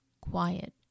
quiet